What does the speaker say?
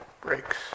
breaks